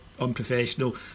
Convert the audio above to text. unprofessional